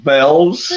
Bells